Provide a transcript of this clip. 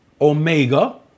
Omega